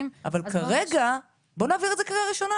אבל כרגע בואו נעביר את זה קריאה ראשונה,